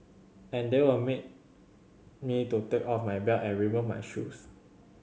and they were made me to take off my belt and remove my shoes